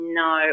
no